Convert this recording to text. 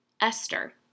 Esther